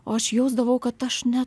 o aš jausdavau kad aš ne